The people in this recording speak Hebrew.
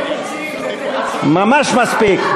ממש מספיק.